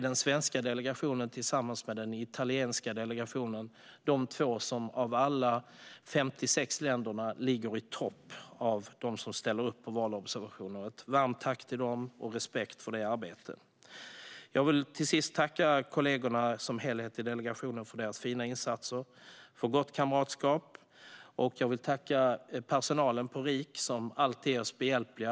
Den svenska delegationen ligger tillsammans med den italienska delegationen i topp bland alla de 57 länderna vad gäller att ställa upp på valobservationer. Jag vill rikta ett varmt tack till dem och uttrycka min respekt för deras arbete. Jag vill till sist tacka kollegorna i delegationen för deras fina insatser och för gott kamratskap. Jag vill också tacka personalen på RIK, som alltid är oss behjälpliga.